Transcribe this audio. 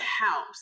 house